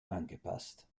angepasst